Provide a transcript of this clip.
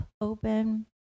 open